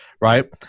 right